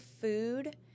food